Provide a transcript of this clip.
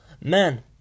man